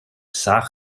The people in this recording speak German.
sack